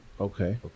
Okay